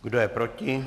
Kdo je proti?